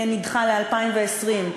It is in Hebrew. נדחה ל-2020.